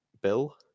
Bill